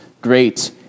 great